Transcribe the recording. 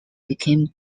became